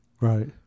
Right